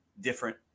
different